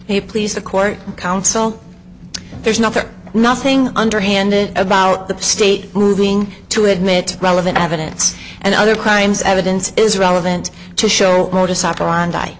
he please the court counsel there's nothing nothing underhanded about the state moving to admit relevant evidence and other crimes evidence is relevant to show modus operandi